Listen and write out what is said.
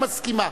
היא מסכימה.